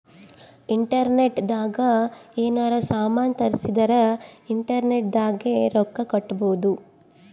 internet ದಾಗ ಯೆನಾರ ಸಾಮನ್ ತರ್ಸಿದರ ಇಂಟರ್ನೆಟ್ ದಾಗೆ ರೊಕ್ಕ ಕಟ್ಬೋದು